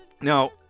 Now